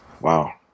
Wow